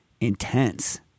Intense